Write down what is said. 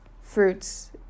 fruits